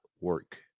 work